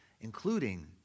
including